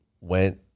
went